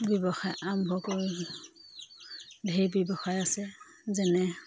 ব্যৱসায় আৰম্ভ কৰি ঢেৰ ব্যৱসায় আছে যেনে